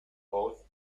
both